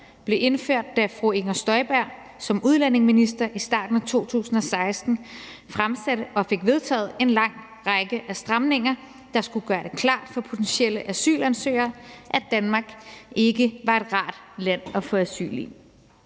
blev indført, da fru Inger Støjberg som udlændingeminister i starten af 2016 fremsatte og fik vedtaget en lang række af stramninger, der skulle gøre det klart for potentielle asylansøgere, at Danmark ikke var et rart land at få asyl i.